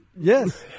Yes